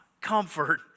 comfort